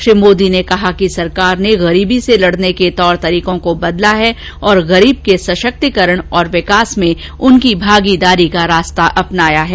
श्री मोदी ने कहा कि सरकार ने गरीबी से लडने के तौर तरीकों को बदला है और गरीब के सषक्तिकरण और विकास में उनकी भागीदारी का रास्ता अपनाया है